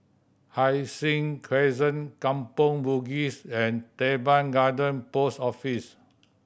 Hai Sing Crescent Kampong Bugis and Teban Garden Post Office